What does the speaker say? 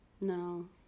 no